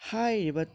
ꯍꯥꯏꯔꯤꯕ